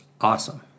awesome